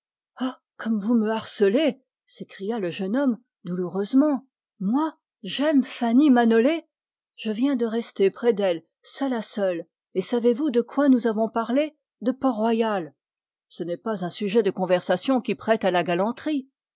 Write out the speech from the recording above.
ah comme vous me harcelez s'écria le jeune homme douloureusement moi j'aime fanny manolé je viens de rester près d'elle seul à seule et savez-vous de quoi nous avons parlé de port-royal ce n'est pas un sujet de conversation qui prête à la galanterie